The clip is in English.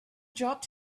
dropped